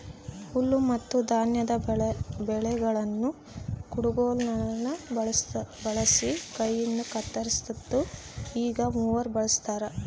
ಹುಲ್ಲುಮತ್ತುಧಾನ್ಯದ ಬೆಳೆಗಳನ್ನು ಕುಡಗೋಲುಗುಳ್ನ ಬಳಸಿ ಕೈಯಿಂದಕತ್ತರಿಸ್ತಿತ್ತು ಈಗ ಮೂವರ್ ಬಳಸ್ತಾರ